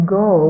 go